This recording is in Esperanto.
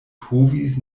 povis